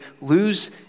lose